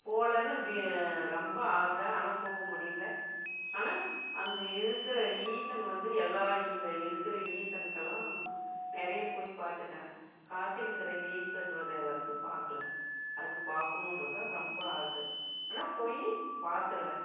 போகலான்னு ரொம்ப ஆசை ஆனால் போக முடியல ஆனால் அங்கே இருக்கிற ஈசன் வந்து எல்லா இங்கே இருக்கிற ஈசனுக்கெல்லாம் நிறைய போய் பாத்துட்டேன் காசில்ருக்குற ஈஸ்வரர்ரை வந்து பார்க்கல அது பாக்குணும்ன்றது ரொம்ப ஆசை ஆனால் போய் பாத்துடுவேன்